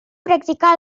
practicar